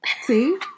see